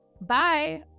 Bye